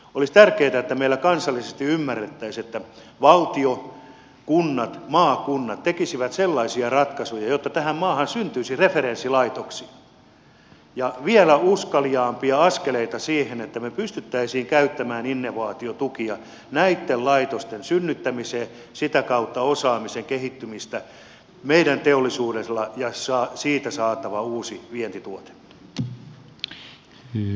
olisi tärkeätä että meillä kansallisesti ymmärrettäisiin että valtio kunnat maakunnat tekisivät sellaisia ratkaisuja että tähän maahan syntyisi referenssilaitoksia ja otettaisiin vielä uskaliaampia askeleita siihen että me pystyisimme käyttämään innovaatiotukia näitten laitosten synnyttämiseen sitä kautta tulisi osaamisen kehittymistä meidän teollisuudessa ja siitä saatava uusi vientituote